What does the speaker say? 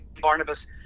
Barnabas